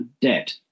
debt